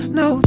no